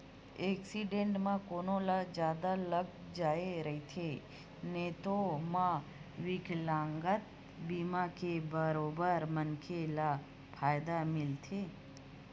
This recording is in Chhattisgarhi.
एक्सीडेंट म कोनो ल जादा लाग जाए रहिथे तेनो म बिकलांगता बीमा के बरोबर मनखे ल फायदा मिलथे